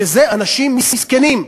אלה אנשים מסכנים.